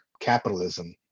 capitalism